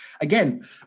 again